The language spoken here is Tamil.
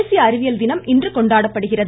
தேசிய அறிவியல் தினம் இன்று கொண்டாடப்படுகிறது